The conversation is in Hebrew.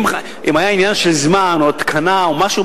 אם היה עניין של זמן או התקנה או משהו,